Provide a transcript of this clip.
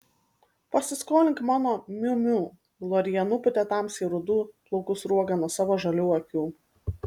pasiskolink mano miu miu glorija nupūtė tamsiai rudų plaukų sruogą nuo savo žalių akių